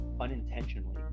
unintentionally